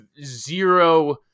zero